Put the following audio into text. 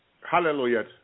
hallelujah